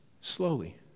slowly